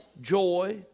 joy